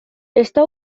está